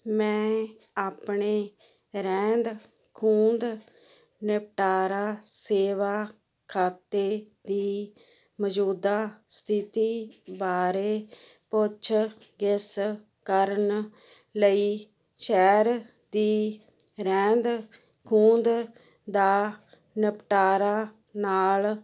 ਮੈਂ ਆਪਣੇ ਰਹਿੰਦ ਖੂੰਹਦ ਨਿਪਟਾਰਾ ਸੇਵਾ ਖਾਤੇ ਦੀ ਮੌਜੂਦਾ ਸਥਿਤੀ ਬਾਰੇ ਪੁੱਛ ਗਿੱਛ ਕਰਨ ਲਈ ਸ਼ਹਿਰ ਦੀ ਰਹਿੰਦ ਖੂੰਹਦ ਦਾ ਨਿਪਟਾਰਾ ਨਾਲ